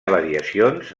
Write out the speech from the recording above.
variacions